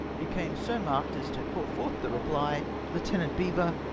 became so marked as to call forth the reply, lieutenant beaver,